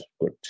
good